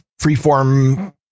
freeform